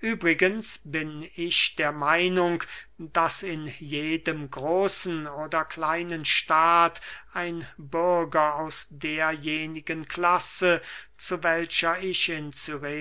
übrigens bin ich der meinung daß in jedem großen oder kleinen staat ein bürger aus derjenigen klasse zu welcher ich in